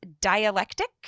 dialectic